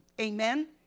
Amen